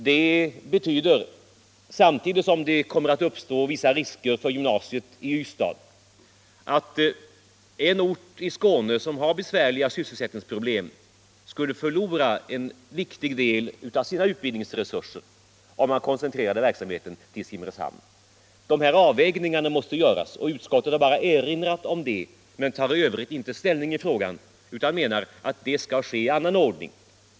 Det betyder, samtidigt som det kommer att uppstå vissa risker för gymnasiet i Ystad, att en ort i Skåne som har besvärliga sysselsättningsproblem skulle förlora en viktig del av sina utbildningsresurser, om man koncentrerade verksamheten till Simrishamn. De här avvägningarna måste göras, och utskottet har bara erinrat om det, men tar i övrigt inte ställning i frågan utan menar att det skall ske i annan ordning.